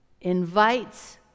invites